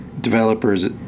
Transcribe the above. Developers